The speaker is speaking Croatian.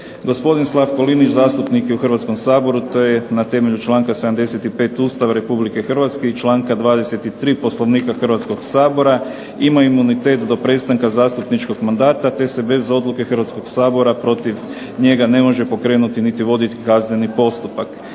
Gospodin Slavko Linić zastupnik je u Hrvatskom saboru te na temelju članka 75. Ustava Republike Hrvatske i članka 23. Poslovnika Hrvatskoga sabora ima imunitet do prestanka zastupničkog mandata te se bez odluke Hrvatskoga sabora protiv njega ne može pokrenuti niti voditi kazneni postupak.